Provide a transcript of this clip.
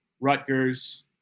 Rutgers –